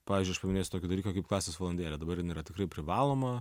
pavyzdžiui aš paminėsiu tokį dalyką kaip klasės valandėlė dabar jin yra tikrai privaloma